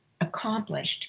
accomplished